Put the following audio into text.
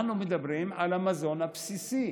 אנחנו מדברים על המזון הבסיסי: